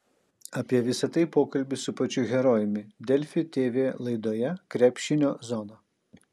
apie visa tai pokalbis su pačiu herojumi delfi tv laidoje krepšinio zona